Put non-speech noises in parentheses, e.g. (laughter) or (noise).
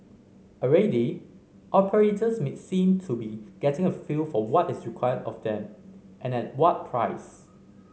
already operators (unintelligible) seem to be getting a feel for what is required of them and at what price